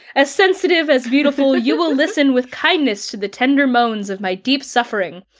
as sensitive as beautiful you will listen with kindness to the tender moans of my deep suffering,